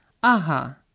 Aha